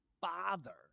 father